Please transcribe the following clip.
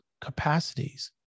capacities